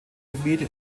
gebiet